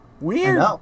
Weird